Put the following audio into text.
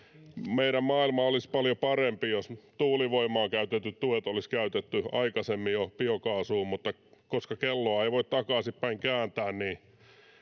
meidän maailmamme olisi paljon parempi jos tuulivoimaan käytetyt tuet olisi käytetty jo aikaisemmin biokaasuun mutta koska kelloa ei voi takaisinpäin kääntää